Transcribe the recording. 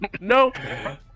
No